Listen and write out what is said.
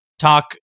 talk